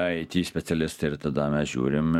aiti specialistai ir tada mes žiūrim